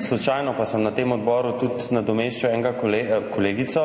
Slučajno pa sem na tem odboru nadomeščal kolegico